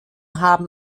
haben